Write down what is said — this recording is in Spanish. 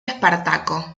espartaco